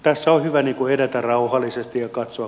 tässä on hyvä edetä rauhallisesti ja katso